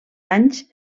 anys